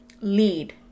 lead